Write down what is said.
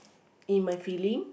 in my feeling